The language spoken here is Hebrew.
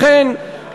לכן,